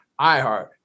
iHeart